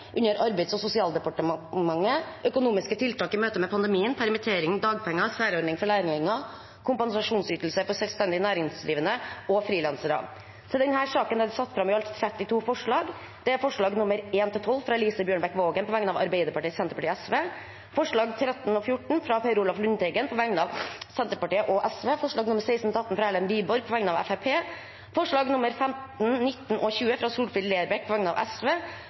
Under debatten er det satt fram i alt 32 forslag. Det er forslagene nr. 1–12, fra Elise Bjørnebekk-Waagen på vegne av Arbeiderpartiet, Senterpartiet og Sosialistisk Venstreparti forslagene nr. 13 og 14, fra Per Olaf Lundteigen på vegne av Senterpartiet og Sosialistisk Venstreparti forslagene nr. 16–18, fra Erlend Wiborg på vegne av Fremskrittspartiet forslagene nr. 15, 19 og 20, fra Solfrid Lerbrekk på vegne av